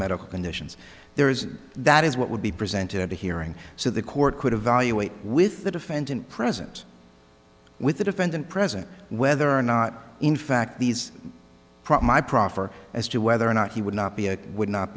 medical conditions there is that is what would be presented a hearing so the court could evaluate with the defendant present with the defendant present whether or not in fact these problem i proffer as to whether or not he would not be a would not